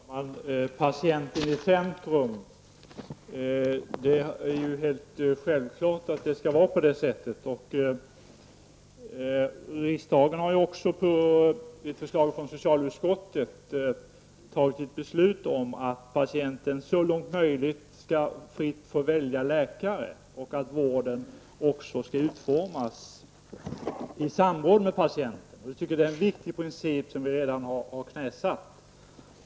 Herr talman! Att ha patienten i centrum är ju helt självklart. Riksdagen har också på förslag från socialutskottet fattat beslut om att patienten så långt möjligt skall fritt få välja läkare och att vården skall utformas i samråd med patienten. Vi tycker det är en viktig princip som vi redan sjösatt.